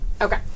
Okay